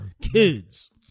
kids